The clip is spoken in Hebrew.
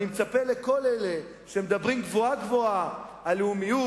אני מצפה מכל אלה שמדברים גבוהה-גבוהה על לאומיות